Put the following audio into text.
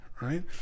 right